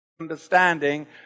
understanding